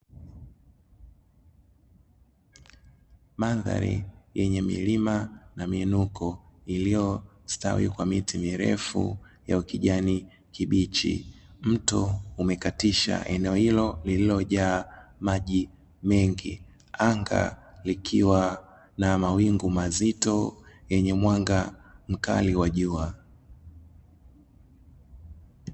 Mandhari yenye milima na miinuko iliyostawi kwa miti mirefu ya ukijani kibichi, mto umekatisha eneo hilo lililojaa maji mengi, anga likiwa na mawingu mazito yenye mwanga mkali wa jua.